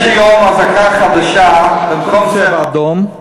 יש היום אזעקה חדשה במקום "צבע אדום",